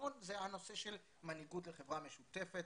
זה הנושא של מנהיגות לחברה משותפת.